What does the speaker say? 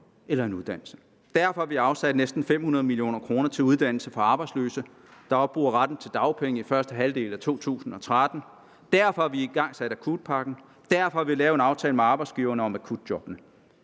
eller en uddannelse. Derfor har vi afsat næsten 500 mio. kr. til uddannelse for arbejdsløse, der opbruger retten til dagpenge i første halvdel af 2013. Derfor har vi igangsat akutpakken, derfor har vi lavet en aftale med arbejdsgiverne om akutjobbene,